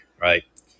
Right